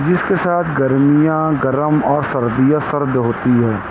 جس کے ساتھ گرمیاں گرم اور سردیاں سرد ہوتی ہیں